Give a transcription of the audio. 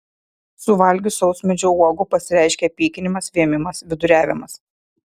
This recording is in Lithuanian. suvalgius sausmedžio uogų pasireiškia pykinimas vėmimas viduriavimas